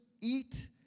eat